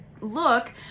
look